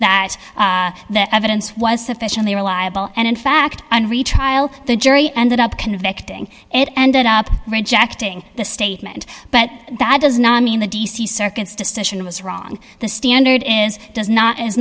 that that evidence was sufficiently reliable and in fact an re trial the jury ended up convicting it ended up rejecting the statement but that does not mean the d c circuits decision was wrong the standard is does not is